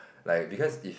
like because if